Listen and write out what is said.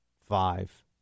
five